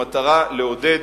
במטרה לעודד